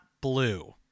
blue